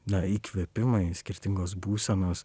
na įkvėpimai skirtingos būsenos